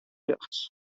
rjochts